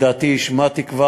את דעתי כבר השמעתי.